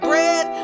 Bread